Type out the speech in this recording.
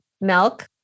milk